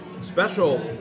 special